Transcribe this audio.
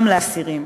גם לאסירים.